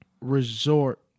resort